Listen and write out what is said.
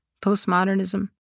postmodernism